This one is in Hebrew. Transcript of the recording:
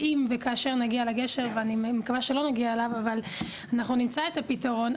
אם וכאשר נגיע לגשר ואני מקווה שלא נגיע אליו אנחנו נמצא את הפתרון.